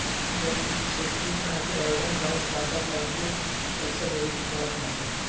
जब तू चेकबुक खातिर आवेदन करत बाटअ तबे इ पईसा देवे के पड़त बाटे